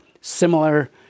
similar